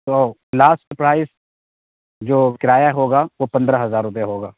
تو last price جو کرایہ ہوگا وہ پندرہ ہزار روپئے ہوگا